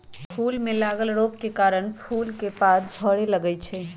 फूल में लागल रोग के कारणे फूल के पात झरे लगैए छइ